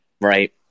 Right